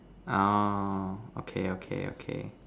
orh okay okay okay